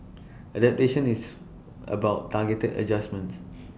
adaptation is about targeted adjustments